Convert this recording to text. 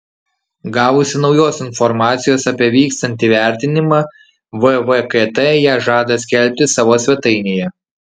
gavusi naujos informacijos apie vykstantį vertinimą vvkt ją žada skelbti savo svetainėje